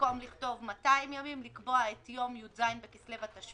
במקום לכתוב "200 ימים" אני מציעה לקבוע את יום י"ז בכסלו התשפ"א,